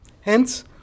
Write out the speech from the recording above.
Hence